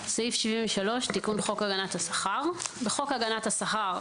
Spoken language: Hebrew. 73.תיקון חוק הגנת השכר בחוק הגנת השכר,